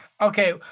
Okay